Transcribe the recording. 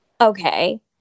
Okay